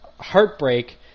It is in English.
heartbreak